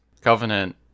covenant